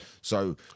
So-